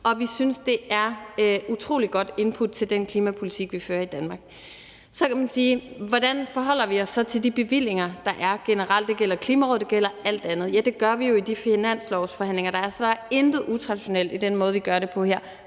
og vi synes, det er et utrolig godt input til den klimapolitik, vi fører i Danmark. Hvordan forholder vi os så til de bevillinger, der er, generelt? Det gælder Klimarådet; det gælder alt andet. Ja, det gør vi jo i de finanslovsforhandlinger, der er. Så der er intet utraditionelt i den måde, vi gør det på her.